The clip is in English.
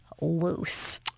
loose